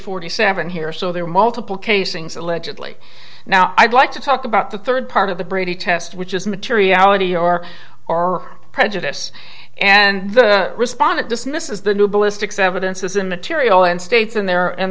forty seven here so there are multiple casings allegedly now i'd like to talk about the third part of the brady test which is materiality or or prejudice and the respondent dismisses the new ballistics evidence as a material and states in there and